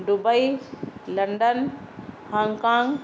Dubai London Hong Kong